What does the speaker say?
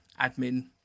admin